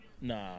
Nah